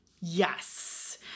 Yes